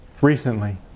recently